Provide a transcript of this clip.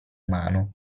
umano